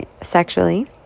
sexually